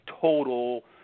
total